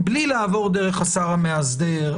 - בלי לעבור דרך השר המאסדר.